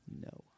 No